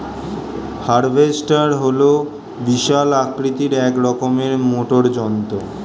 harvester হল বিশাল আকৃতির এক রকমের মোটর যন্ত্র